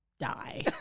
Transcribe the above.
die